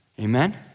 Amen